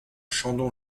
chandon